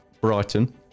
Brighton